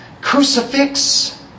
crucifix